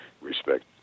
respect